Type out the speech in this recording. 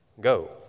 go